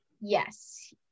yes